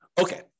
Okay